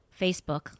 Facebook